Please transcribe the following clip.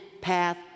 path